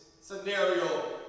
scenario